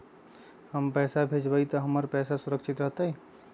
हम पैसा भेजबई तो हमर पैसा सुरक्षित रहतई?